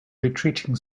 retreating